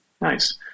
Nice